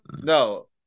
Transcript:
No